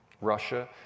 Russia